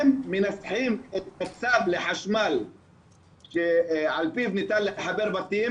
הם מנסחים את הצו לחשמל על פיו ניתן לחבר בתים,